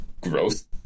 growth